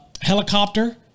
helicopter